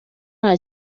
nta